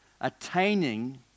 attaining